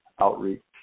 outreach